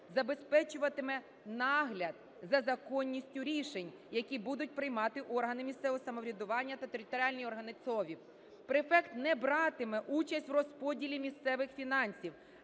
забезпечуватиме нагляд за законністю рішень, які будуть приймати органи місцевого самоврядування та територіальні органи ЦОВВів. Префект не братиме участь в розподілі місцевих фінансів,